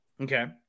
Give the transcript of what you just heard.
Okay